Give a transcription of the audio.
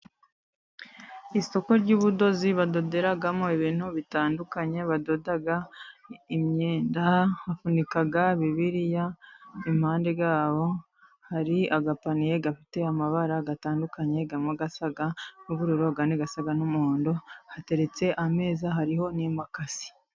Isoko ry’ubudozi, badoderamo ibintu bitandukanye, badoda imyenda, bafunika bibiliya. Impande yaho hari agapaniye gafite amabara atandukanye; amwe asa n’ubururu, andi asa n’umuhondo. Hateretse ameza, hariho n’imakasi.